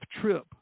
trip